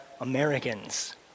Americans